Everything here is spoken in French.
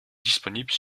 disponibles